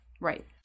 right